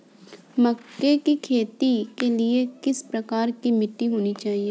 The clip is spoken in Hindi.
मक्के की खेती के लिए किस प्रकार की मिट्टी होनी चाहिए?